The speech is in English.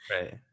Right